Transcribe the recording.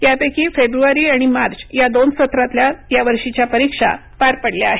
यापैकी फेब्रवारी आणि मार्च या दोन सत्रातल्या यावर्षीच्या परीक्षा पार पडल्या आहेत